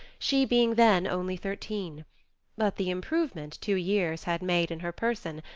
she being then only thirteen but the improvement two years had made in her person,